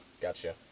gotcha